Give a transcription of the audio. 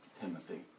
Timothy